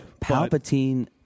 Palpatine